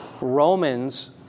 Romans